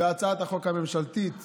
והצעת החוק הממשלתית